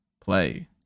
play